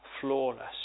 flawless